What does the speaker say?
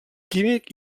químic